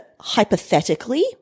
hypothetically